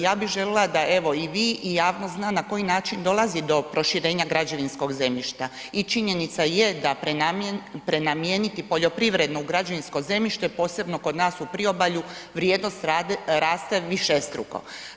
Ja bih željela da evo i vi i javnost zna na koji način dolazi do proširenja građevinskog zemljišta i činjenica je da prenamijeniti poljoprivredno u građevinsko zemljište posebno kod nas u priobalju vrijednost raste višestruko.